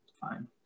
fine